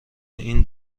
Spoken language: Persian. این